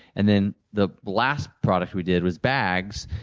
and then the last product we did was bags,